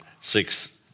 six